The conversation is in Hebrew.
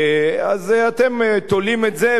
אז אתם תולים את זה,